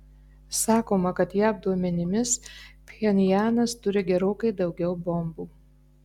sakoma kad jav duomenimis pchenjanas turi gerokai daugiau bombų